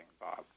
Bob